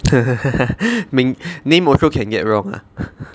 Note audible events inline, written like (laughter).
(laughs) 名 name also can get wrong ah